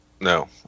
No